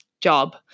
job